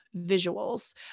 visuals